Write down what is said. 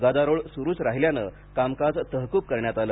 गदारोळ सुरूच राहिल्याने कामकाज तहकूब करण्यात आलं